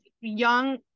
young